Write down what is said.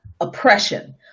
oppression